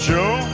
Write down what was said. Joe